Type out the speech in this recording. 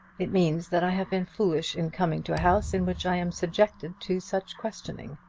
it means that i have been foolish in coming to a house in which i am subjected to such questioning.